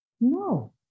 no